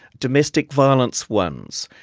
domestic violence ones,